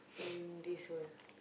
in this world